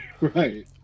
Right